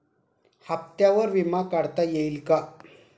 हप्त्यांवर विमा काढता येईल का?